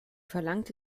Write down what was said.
verlangte